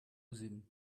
ouzhin